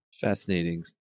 Fascinating